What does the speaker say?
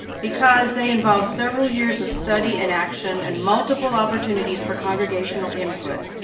because they involve several years of study and action and multiple opportunities for congregational input.